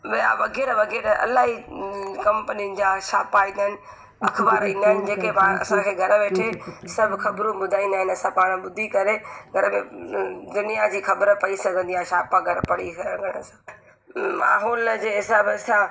ॿिया वग़ैरह वग़ैरह अलाई कंपनियुनि जा छापा ईंदा आहिनि अखबार ईंदा आहिनि जेके असांखे घर वेठे सभु खबरूं ॿुधाईंदा आहिनि असां पाण ॿुधी करे दुनिया जी ख़बर पई सघंदी आहे छापा घर पढ़ी करे माहौल जे हिसाब सां